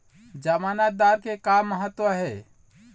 जमानतदार के का महत्व हे?